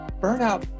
Burnout